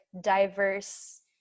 diverse